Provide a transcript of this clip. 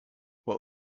what